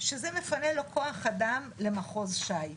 שזה מפנה לו כוח אדם למחוז ש"י.